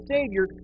Savior